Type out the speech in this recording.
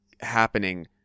happening